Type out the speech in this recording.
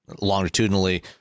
longitudinally